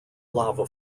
lava